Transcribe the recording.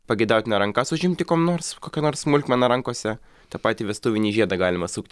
pageidautina rankas užimti kuom nors kokia nors smulkmena rankose tą patį vestuvinį žiedą galima sukti